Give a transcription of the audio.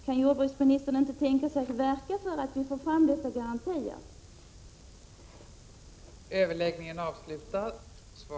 1986/87:31 verka för att vi får sådana garantier? 20 november 1986